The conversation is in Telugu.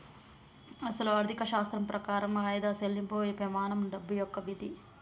అసలు ఆర్థిక శాస్త్రం ప్రకారం ఆయిదా సెళ్ళింపు పెమానం డబ్బు యొక్క విధి